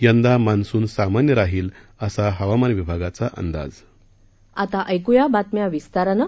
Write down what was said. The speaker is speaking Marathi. यंदा मान्सून सामान्य राहील असा हवामान विभागाचा अंदाज आता ऐकूया बातम्या विस्तारानं